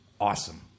awesome